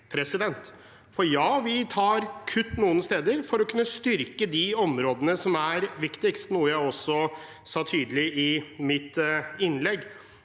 Det er feil. Ja, vi tar kutt noen steder for å kunne styrke de områdene som er viktigst, noe jeg også sa tydelig i mitt innlegg.